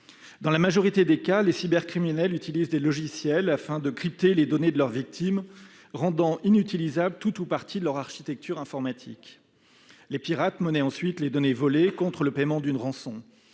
Dans la majorité des cas, les cybercriminels utilisent des logiciels, afin de crypter les données de leurs victimes, rendant inutilisable tout ou partie de leur architecture informatique. Les pirates monnaient ensuite les données volées contre le paiement d'une rançon.